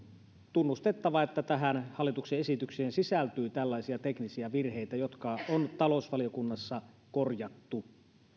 tunnustettava että tähän hallituksen esitykseen sisältyy tällaisia teknisiä virheitä jotka on talousvaliokunnassa korjattu